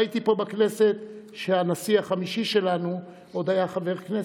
והייתי פה בכנסת כשהנשיא החמישי שלנו עוד היה חבר כנסת,